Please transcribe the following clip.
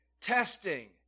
testing